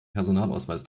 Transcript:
personalausweis